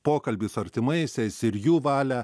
pokalbį su artimaisiais ir jų valią